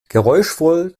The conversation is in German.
geräuschvoll